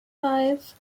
five